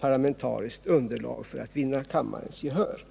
parlamentariskt underlag för att vinna kammarens gehör.